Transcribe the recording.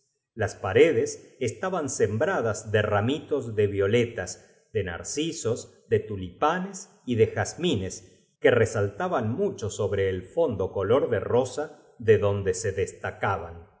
las paredes estaban sembrada s de ramitos de viole tas de narcisos de tulipanes y de jazmines que resaltaba n mucho sobre el fondo color de rosa de donde se destacaba